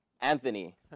Anthony